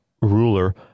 ruler